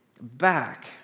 back